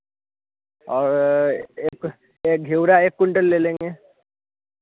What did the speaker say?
और एक एक घेउरा एक कुंटल ले लेंगे